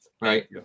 right